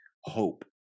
hope